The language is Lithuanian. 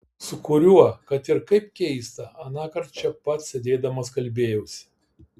su kuriuo kad ir kaip keista anąkart čia pat sėdėdamas kalbėjausi